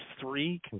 three